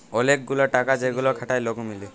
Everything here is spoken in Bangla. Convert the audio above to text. ওলেক গুলা টাকা যেগুলা খাটায় লক মিলে